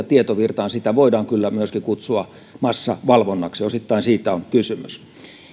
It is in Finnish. tietovirtaan sitä voidaan kyllä myöskin kutsua massavalvonnaksi osittain siitä on kysymys